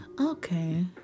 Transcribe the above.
Okay